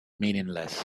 meaningless